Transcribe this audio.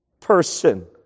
Person